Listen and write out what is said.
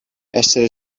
essere